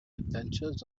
adventures